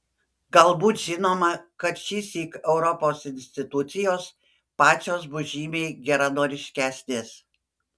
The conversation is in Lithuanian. galbūt žinoma kad šįsyk europos institucijos pačios bus žymiai geranoriškesnės